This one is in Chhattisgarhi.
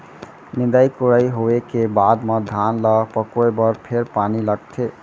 निंदई कोड़ई होवे के बाद म धान ल पकोए बर फेर पानी लगथे